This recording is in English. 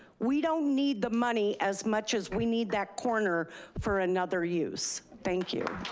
we don't need the money as much as we need that corner for another use. thank you.